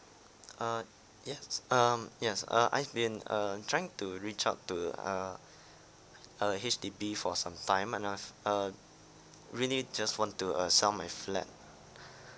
err yes um yes uh I've been err trying to reach out to a a H_D_B for sometime uh we need just want to uh sell my flat